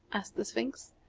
asked the sphinx.